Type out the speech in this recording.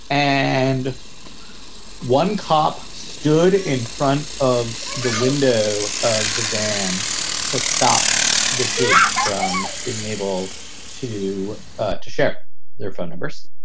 and one cop stood in front of the window of the van to stop the kids from being able to ah to share their phone numbers.